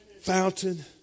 fountain